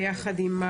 ביחד עם,